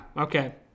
Okay